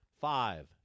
five